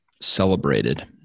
celebrated